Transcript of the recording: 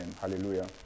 Hallelujah